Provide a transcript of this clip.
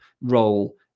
role